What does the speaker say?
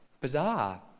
bizarre